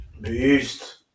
Beast